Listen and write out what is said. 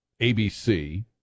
ABC